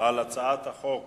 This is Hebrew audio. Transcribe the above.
על הצעת חוק